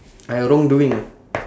I wrong doing ah